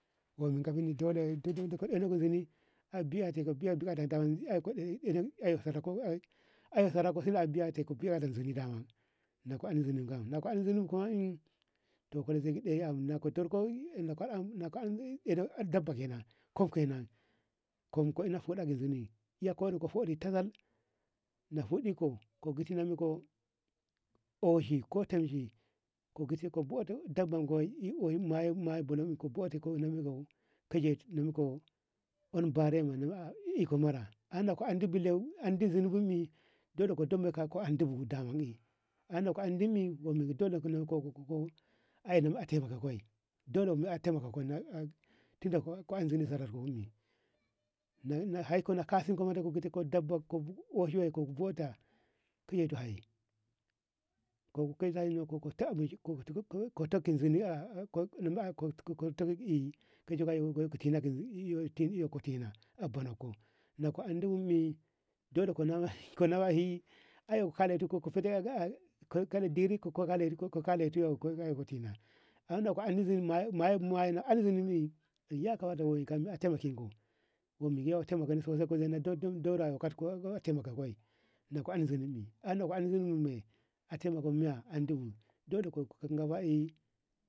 bubinka bili dole ka ɗena ka zoni abiye biya bukata aeko sara ko sila biya to ko zunu na ko andi zonu bo na ka ande zuno bo kam na ka andi kotir ae ko kaɗaf na ande ido dabba kenan kuf kena kum ka ina ko huda ki zuni iya kori ko kari kaɗaf na huɗe ti na geti oshi ko temshiko giti ko boti dabam i oyun ma bolo inko na ono barema na iko mura an na ka ande zunubi me dole gudem ko ande bu daman i yane na ka ande bu ko tinati non dole elim ne a taimaka ko dole elin a taimaka ko tinda ka andi zunu bo haiko na kasinko na gidi ko daba ko oshi ko ito hai ko to kunziniya koto hi katin a bano ko me ka andebo me dole konai na ko andi bu me dole konamai ayya kolati koko ka ande yamata kam wai a taimake ko na ka na maye na ka an zunubu a taimaka ko ye na ande zunubi me a taimaka meye andibo dole ko kunga ba ae.